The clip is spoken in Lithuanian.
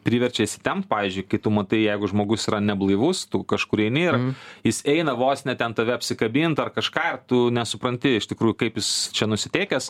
priverčia įsitempt pavyzdžiui kai tu matai jeigu žmogus yra neblaivus tu kažkur eini ir jis eina vos ne ten tave apsikabint ar kažką ir tu nesupranti iš tikrųjų kaip jis čia nusiteikęs